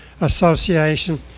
association